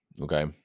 Okay